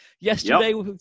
yesterday